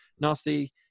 nasty